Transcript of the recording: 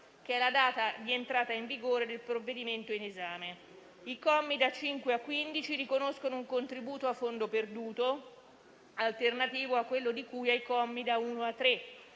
alla data di entrata in vigore del provvedimento in esame (26 maggio 2021). I commi da 5 a 15 riconoscono un contributo a fondo perduto, alternativo a quello di cui ai commi da 1 a 3,